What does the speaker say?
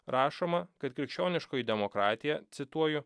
rašoma kad krikščioniškoji demokratija cituoju